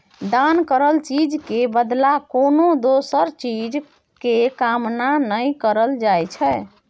दान करल चीज के बदला कोनो दोसर चीज के कामना नइ करल जाइ छइ